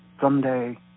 someday